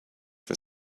for